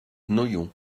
noyon